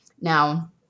now